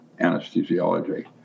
anesthesiology